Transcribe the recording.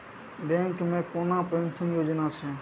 Bank मे कोनो pension योजना छै?